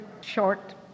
short